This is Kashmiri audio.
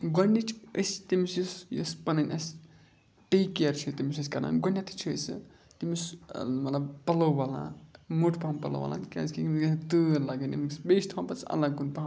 گۄڈنِچ أسۍ تٔمِس یُس یَس پَنٕنۍ اَسہِ ٹے کِیر چھِ تٔمِس أسۍ کَران گۄڈنٮ۪تھٕے چھِ أسۍ تٔمِس مطلب پَلو وَلان موٹ پَہَم پَلو والان کیٛازِکہِ أمِس گژھِ نہٕ تۭر لَگٕنۍ أمِس بیٚیہِ چھِ تھاوان پَتہٕ اَلَگ کُن پَہَم